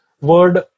word